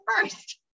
first